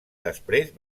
després